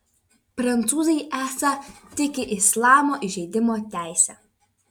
prancūzai esą tiki islamo įžeidimo teise